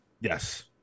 Yes